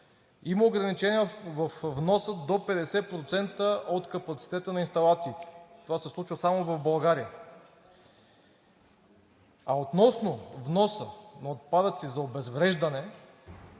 има ограничения във вноса до 50% от капацитета на инсталациите. Това се случва само в България. Относно вноса на отпадъци за обезвреждане,